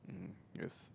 mm yes